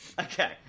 Okay